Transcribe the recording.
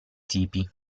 tipi